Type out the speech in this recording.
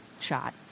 shot